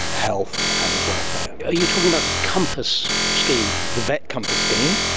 health and welfare. are you talking about the compass scheme? the vetcompass scheme.